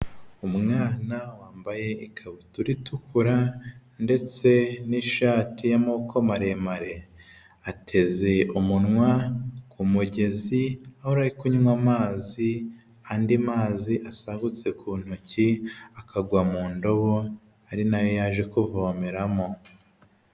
Umwana wambaye ikabutura itukura ndetse n'ishati y'amaboko maremare, ateze umunwa ku mugezi aho ari kunywa amazi andi mazi asagutse ku ntoki akagwa mu ndobo ari na yo yaje kuvomeramo.